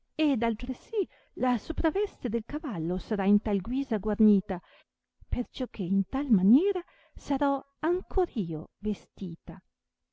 ed altresì la sopraveste del cavallo sarà in tal guisa guarnita perciò che in tal maniera sarò ancor io vestita